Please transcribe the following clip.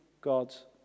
God's